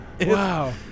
Wow